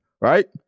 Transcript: right